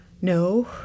No